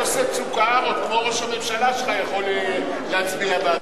או כמו ראש הממשלה שלך יכול להצביע בעד דבר כזה.